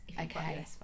Okay